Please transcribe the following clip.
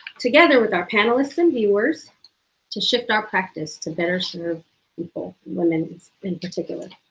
together with our panelists and viewers to shift our practice to better serve people, women in particular.